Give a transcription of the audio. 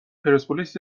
پرسپولیس